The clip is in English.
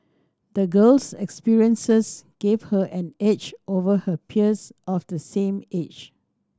the girl's experiences gave her an edge over her peers of the same age